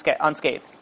unscathed